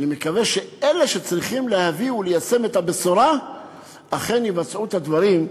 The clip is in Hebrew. ואני מקווה שאלה שצריכים להביא וליישם את הבשורה אכן יבצעו את הדברים,